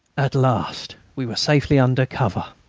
at last we were safely under cover!